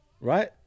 right